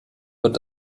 wird